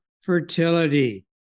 fertility